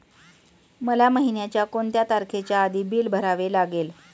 मला महिन्याचा कोणत्या तारखेच्या आधी बिल भरावे लागेल?